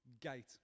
gate